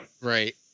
Right